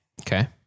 Okay